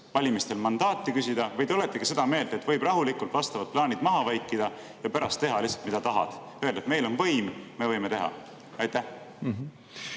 valimistel mandaati küsida, või te oletegi seda meelt, et võib rahulikult vastavad plaanid maha vaikida ja pärast teha, mida tahad? Öelda, et meil on võim, me võime teha. Suur